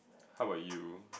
how about you